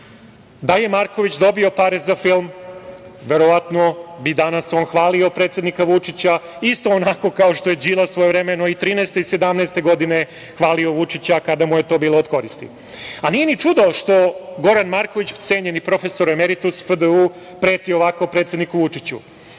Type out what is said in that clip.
je Marković dobio pare za film, verovatno bi on danas hvalio predsednika Vučića isto onako kao što je Đilas svojevremeno i 2013. i 2017. godine hvalio Vučića kada mu je to bilo od koristi. Nije ni čudo što Goran Marković, cenjeni profesor emeritus FDU preti ovako predsedniku Vučiću.